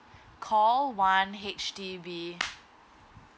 call one H_D_B